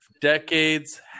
decades